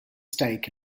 stake